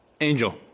Angel